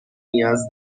نیاز